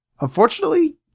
Unfortunately